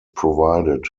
provided